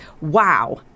wow